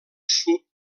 sud